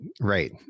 right